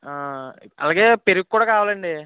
అలాగే పెరుగు కూడా కావాలండి